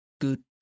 good